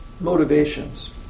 motivations